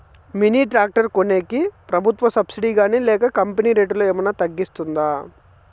Mini tractor కొనేకి ప్రభుత్వ subsidy గాని లేక కంపెని రేటులో ఏమన్నా తగ్గిస్తుందా?